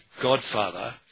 godfather